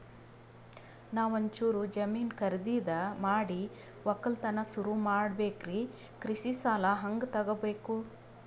ನಾ ಒಂಚೂರು ಜಮೀನ ಖರೀದಿದ ಮಾಡಿ ಒಕ್ಕಲತನ ಸುರು ಮಾಡ ಬೇಕ್ರಿ, ಕೃಷಿ ಸಾಲ ಹಂಗ ತೊಗೊಬೇಕು?